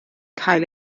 cael